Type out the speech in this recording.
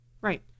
Right